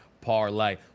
parlay